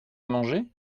manger